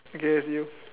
okay that's you